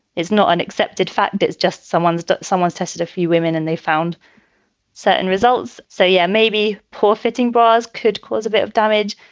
it's not unaccepted fact, it's just someone's someone's tested a few women and they found certain results. so, yeah, maybe poor fitting bras could cause a bit of damage.